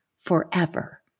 forever